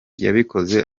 yabikoze